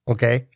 Okay